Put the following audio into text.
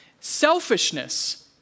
Selfishness